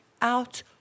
out